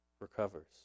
recovers